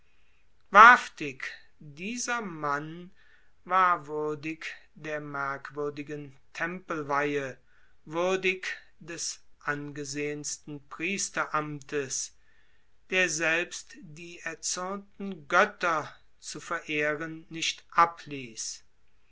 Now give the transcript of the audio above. wahrhaftig dieser mann war würdig der merkwürdigen tempelweihe würdig des angesehnsten priesteramtes der selbst die erzürnten götter zu verehren nicht abließ